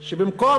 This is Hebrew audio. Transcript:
שבמקום,